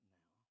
now